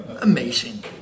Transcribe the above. Amazing